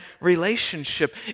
relationship